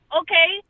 okay